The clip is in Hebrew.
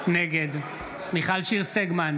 נגד שלמה קרעי, בעד מטי צרפתי הרכבי,